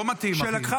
לא מתאים, אחי.